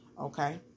okay